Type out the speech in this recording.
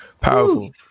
Powerful